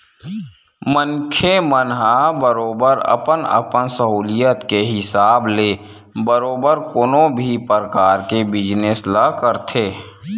मनखे मन ह बरोबर अपन अपन सहूलियत के हिसाब ले बरोबर कोनो भी परकार के बिजनेस ल करथे